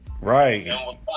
right